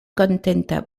kontenta